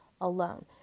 alone